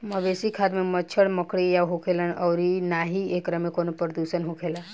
मवेशी खाद में मच्छड़, मक्खी ना होखेलन अउरी ना ही एकरा में कवनो प्रदुषण होखेला